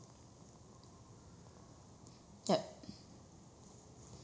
yup